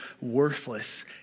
worthless